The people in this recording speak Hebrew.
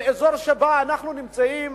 באזור שבו אנחנו נמצאים